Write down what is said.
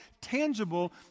tangible